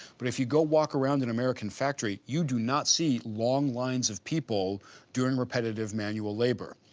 but if you go walk around an american factory, you do not see long lines of people doing repetitive manual labor.